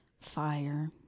Fire